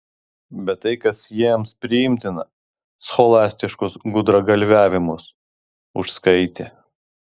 bet tai kas jiems priimtina scholastiškus gudragalviavimus užskaitė